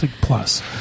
plus